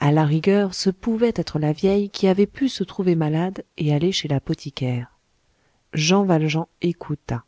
à la rigueur ce pouvait être la vieille qui avait pu se trouver malade et aller chez l'apothicaire jean valjean écouta